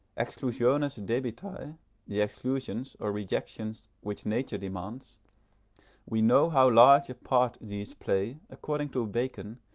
exclusiones debitae the exclusions, or rejections, which nature demands we know how large a part these play, according to bacon,